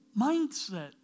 mindset